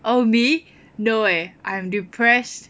oh me no eh I'm depressed